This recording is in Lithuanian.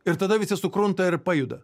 ir tada visi sukrunta ir pajuda